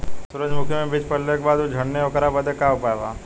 सुरजमुखी मे बीज पड़ले के बाद ऊ झंडेन ओकरा बदे का उपाय बा?